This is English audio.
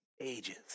ages